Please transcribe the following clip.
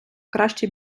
кращий